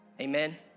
Amen